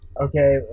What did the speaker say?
Okay